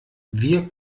wir